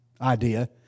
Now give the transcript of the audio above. idea